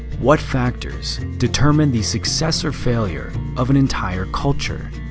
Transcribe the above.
what factors determine the success or failure of an entire culture?